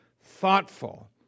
thoughtful